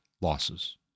losses